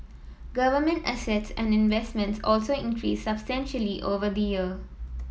government assets and investments also increased substantially over the year